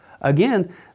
Again